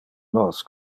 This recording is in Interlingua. nos